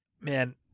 Man